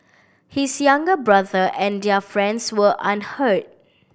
his younger brother and their friends were unhurt